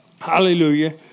hallelujah